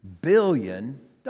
billion